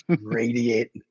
radiate